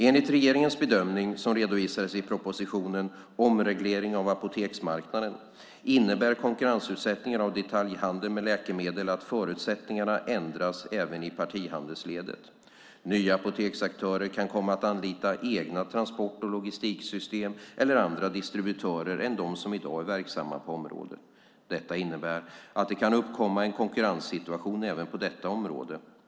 Enligt regeringens bedömning, som redovisades i propositionen Omreglering av apoteksmarknaden , innebär konkurrensutsättningen av detaljhandeln med läkemedel att förutsättningarna ändras även i partihandelsledet. Nya apoteksaktörer kan komma att anlita egna transport och logistiksystem eller andra distributörer än de som i dag är verksamma på området. Detta innebär att det kan uppkomma en konkurrenssituation även på detta område.